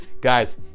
guys